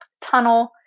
tunnel